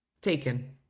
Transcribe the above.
Taken